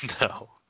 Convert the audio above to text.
No